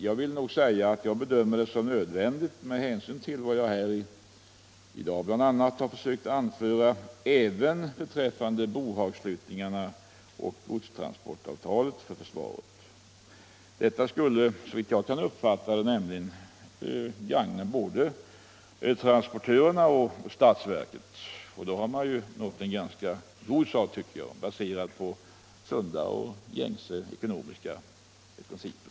Jag bedömer detta som nödvändigt, med hänsyn till vad jag här i dag bl.a. har anfört, även beträffande bohagsflyttningarna och godstransportavtalet för försvaret. Det skulle nämligen, såvitt jag kan uppfatta, gagna både transportörerna och statsverket, och då har man nått fram till sunda och vedertagna ekonomiska principer.